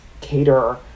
cater